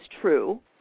true